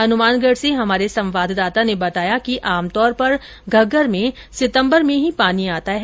हनुमानगढ से हमारे संवाददाता ने बताया कि आमतौर पर घग्घर में सितंबर माह में ही पानी आता है